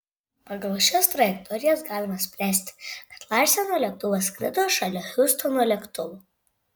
pagal šias trajektorijas galima spręsti kad larseno lėktuvas skrido šalia hiustono lėktuvo